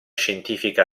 scientifica